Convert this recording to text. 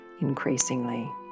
increasingly